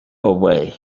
away